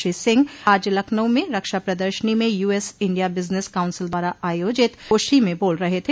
श्री सिंह आज लखनऊ में रक्षा प्रदर्शनी में यूएस इंडिया बिजनेस काउंसिल द्वारा आयोजित गोष्ठी में बोल रहे थे